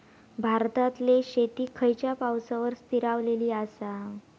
भारतातले शेती खयच्या पावसावर स्थिरावलेली आसा?